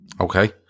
Okay